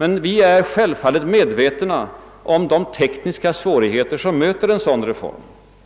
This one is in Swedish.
Men vi är självfallet medvetna om de tekniska svårigheter som möter en sådan reform